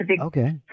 Okay